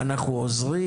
"אנחנו עוזרים",